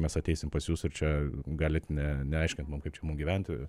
mes ateisim pas jus ir čia galit ne neaiškint mum kaip čia mum gyventi